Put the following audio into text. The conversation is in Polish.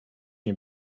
nie